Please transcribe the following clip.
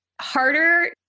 harder